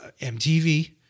MTV